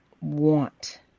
want